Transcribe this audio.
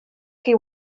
chi